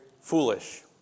foolish